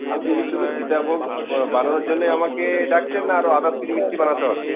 আপনি কি শুধু সীতাভোগ বানানোর জন্যই আমাকে ডাকছেন না আরও আদার্স কিছু মিষ্টি বানাতে হবে